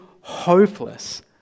hopeless